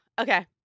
Okay